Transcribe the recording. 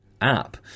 app